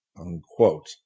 Unquote